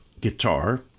guitar